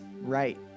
right